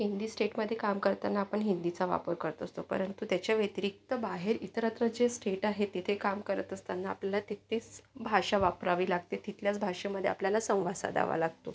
हिंदी स्टेटमध्ये काम करताना आपण हिंदीचा वापर करत असतो परंतु त्याच्या व्यतिरिक्त बाहेर इतरत्र जे स्टेट आहे तिथे काम करत असताना आपल्याला तिथलीच भाषा वापरावी लागते तिथल्याच भाषेमध्ये आपल्याला संवाद साधावा लागतो